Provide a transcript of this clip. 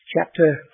Chapter